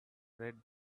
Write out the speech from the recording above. red